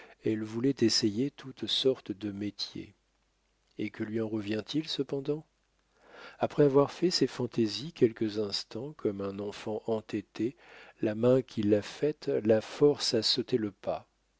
elle voulait essayer toutes sortes de métiers et que lui en revient-il cependant après avoir fait ses fantaisies quelques instants comme un enfant entêté la main qui l'a faite la force à sauter le pas